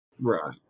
Right